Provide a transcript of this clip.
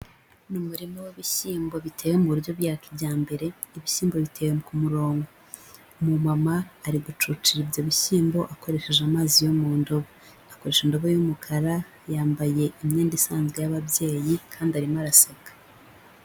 Ni umurima w'ibishyimbo biteye mu buryo bwa kijyambere, ibishyimbo biteye ku murongo, umumama ari gucucira ibyo bishyimbo akoresheje amazi yo mu ndobo, akoresha indobo y'umukara, yambaye imyenda isanzwe y'ababyeyi kandi arimo araseka.